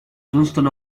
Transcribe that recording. johnston